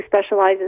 specializes